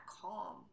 calm